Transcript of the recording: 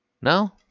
No